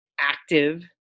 active